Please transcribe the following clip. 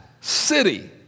city